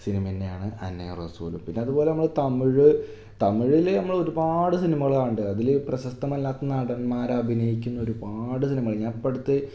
cinema തന്നെയാണ് അന്നയും റസൂലും പിന്നതുപോലെ നമ്മൾ തമിഴ് തമിഴിൽ നമ്മളൊരുപാട് സിനിമകൾ കാണുണ്ട് അതിൽ പ്രശസ്തമല്ലാത്ത നടന്മാരഭിനയിക്കുന്നൊരുപാട് സിനിമകൾ ഞാനിപ്പടുത്ത്